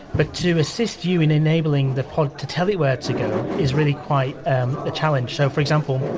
but to assist you in enabling the pod to tell it where to go, is really quite a challenge. so, for example,